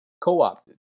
co-opted